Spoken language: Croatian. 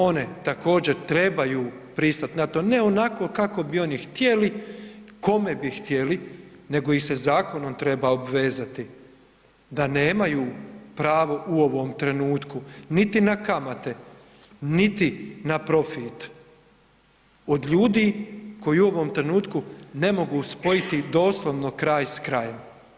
One također trebaju pristat na to ne onako kako bi oni htjeli, kome bi htjeli nego ih se zakonom treba obvezati da nemaju pravo u ovom trenutku niti na kamate niti na profit od ljudi koji u ovom trenutku ne mogu spojiti doslovno kraj s krajem.